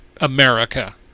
America